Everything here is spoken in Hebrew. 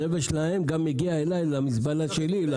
הבעיה שהזבל שלהם גם מגיע אלי למזבלה שלי.